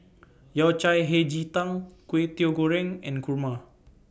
Yao Cai Hei Ji Tang Kway Teow Goreng and Kurma